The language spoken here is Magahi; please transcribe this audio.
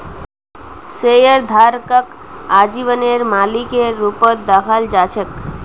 शेयरधारकक आजीवनेर मालिकेर रूपत दखाल जा छेक